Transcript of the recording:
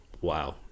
wow